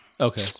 Okay